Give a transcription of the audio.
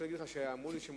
תשאיר את זה על